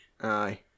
Aye